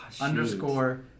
underscore